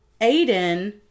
Aiden